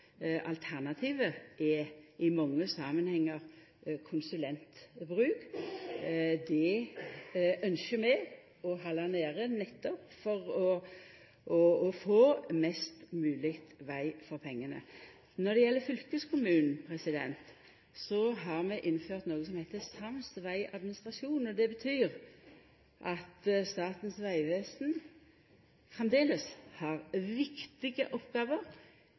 Alternativet er i mange samanhengar konsulentbruk. Det ynskjer vi å halda nede, nettopp for å få mest mogleg veg for pengane. Når det gjeld fylkeskommunen, har vi innført noko som heiter sams vegadministrasjon. Det betyr at Statens vegvesen framleis har viktige oppgåver